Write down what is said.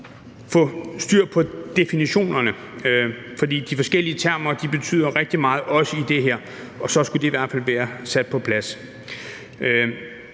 få styr på definitionerne, for de forskellige termer betyder rigtig meget, også i det her, og så skulle de i hvert fald være sat på plads.